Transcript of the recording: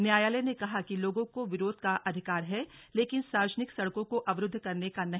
न्यायालय ने कहा कि लोगों को विरोध का अधिकार है लेकिन सार्वजनिक सड़कों को अवरूद्ध करने का नहीं